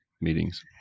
meetings